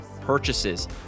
purchases